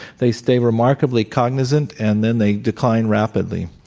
they stay remarkably cognizant, and then they decline rapidly.